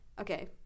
Okay